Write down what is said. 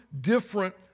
different